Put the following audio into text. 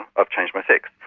i've changed my sex.